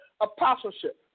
apostleship